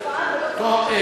טוב,